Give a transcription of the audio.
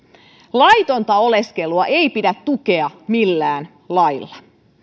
laitonta oleskelua ei pidä tukea millään lailla